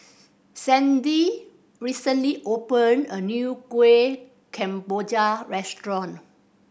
Sandy recently open a new Kuih Kemboja restaurant